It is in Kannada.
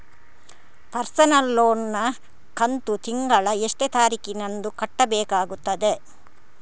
ಪರ್ಸನಲ್ ಲೋನ್ ನ ಕಂತು ತಿಂಗಳ ಎಷ್ಟೇ ತಾರೀಕಿನಂದು ಕಟ್ಟಬೇಕಾಗುತ್ತದೆ?